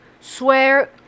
swear